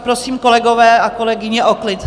Prosím, kolegové a kolegyně, o klid.